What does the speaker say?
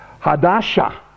Hadasha